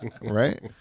right